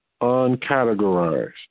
uncategorized